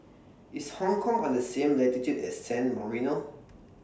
IS Hong Kong on The same latitude as San Marino